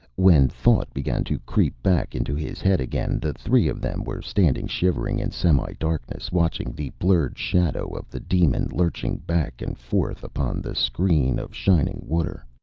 when thought began to creep back into his head again, the three of them were standing shivering in semidarkness, watching the blurred shadow of the demon lurching back and forth upon the screen of shining water.